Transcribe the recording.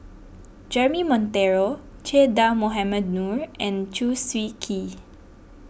Jeremy Monteiro Che Dah Mohamed Noor and Chew Swee Kee